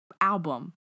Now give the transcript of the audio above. album